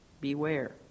Beware